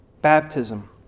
baptism